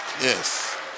Yes